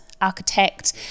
architect